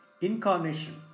Incarnation